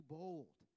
bold